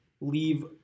Leave